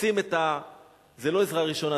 זה לא עזרה ראשונה,